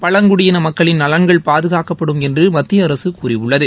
பழங்குடியின மக்களின் நலன்கள் பாதுகாக்கப்படும் என்று மத்திய அரசு கூறியுள்ளது